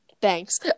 Thanks